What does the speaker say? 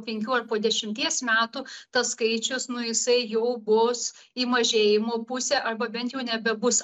penkių ar po dešimties metų tas skaičius nu jisai jau bus į mažėjimo pusę arba bent jau nebebus